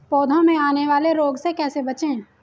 पौधों में आने वाले रोग से कैसे बचें?